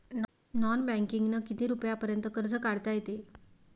Non बँकिंगनं किती रुपयापर्यंत कर्ज काढता येते?